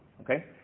Okay